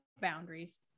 boundaries